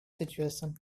situation